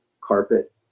carpet